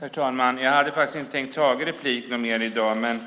Herr talman! Jag hade inte tänkt att gå upp i fler repliker i dag, men